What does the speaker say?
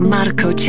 Marco